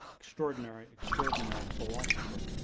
extraordinary extraordinary philosopher.